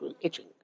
itching